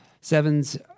Sevens